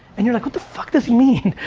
and you're like, what the fuck does he mean?